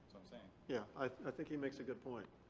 thing. yeah. i think he makes a good point.